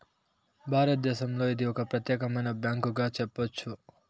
భారతదేశంలో ఇది ఒక ప్రత్యేకమైన బ్యాంకుగా చెప్పొచ్చు